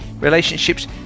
relationships